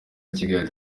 kigali